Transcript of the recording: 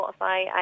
Spotify